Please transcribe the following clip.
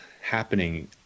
happening